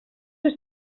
has